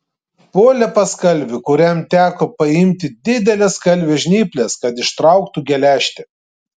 puolė pas kalvį kuriam teko paimti dideles kalvio žnyples kad ištrauktų geležtę